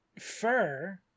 fur